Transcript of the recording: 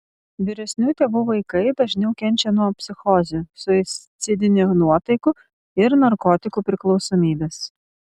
vyresnių tėvų vaikai dažniau kenčia nuo psichozių suicidinių nuotaikų ir narkotikų priklausomybės